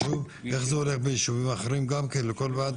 איך זה הולך בישובים אחרים, גם כן לכל ועד?